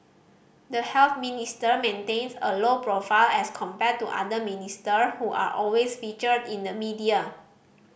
the Health Minister maintains a low profile as compared to the other minister who are always featured in the media